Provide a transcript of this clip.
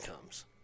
comes